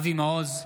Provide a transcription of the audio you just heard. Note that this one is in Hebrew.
אבי מעוז,